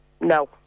no